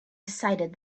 decided